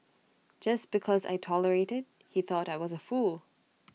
just because I tolerated he thought I was A fool